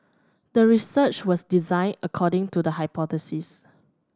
the research was designed according to the hypothesis